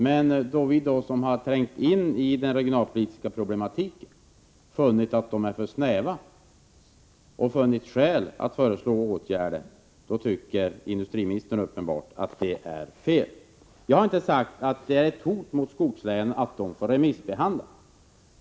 Men när vi som har trängt in i den regionalpolitiska problematiken har funnit att dessa direktiv är för snäva och har funnit skäl att föreslå åtgärder, då tycker industriministern uppenbarligen att det är fel. Jag har inte sagt att det är ett hot mot skogslänen att de får remissbehandla utredningens förslag.